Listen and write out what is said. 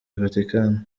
vatican